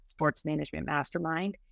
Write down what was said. sportsmanagementmastermind